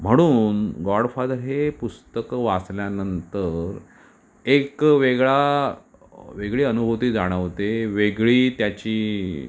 म्हणून गॉडफादर हे पुस्तक वाचल्यानंतर एक वेगळा वेगळी अनुभूती जाणवते वेगळी त्याची